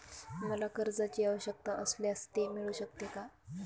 मला कर्जांची आवश्यकता असल्यास ते मिळू शकते का?